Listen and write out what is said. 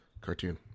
cartoon